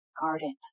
garden